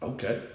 Okay